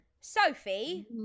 Sophie